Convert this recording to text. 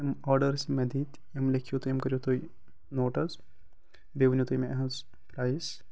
تِم آرڈٲرٕس یِم مےٚ دِتۍ یِم لیٚکھِو تُہۍ یِم کٔرِو تُہۍ نوٹ حظ بیٚیہِ ؤنو تُہۍ مےٚ أہنٛز پرایِس